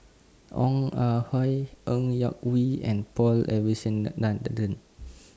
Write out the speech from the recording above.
Ong Ah Hoi Ng Yak Whee and Paul